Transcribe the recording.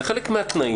זה חלק מהתנאים,